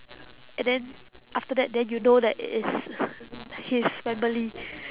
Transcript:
and then after that then you know that it is his family